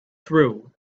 through